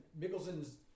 Mickelson's